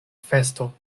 festo